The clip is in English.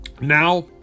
Now